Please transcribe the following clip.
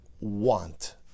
want